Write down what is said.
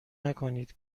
نکنید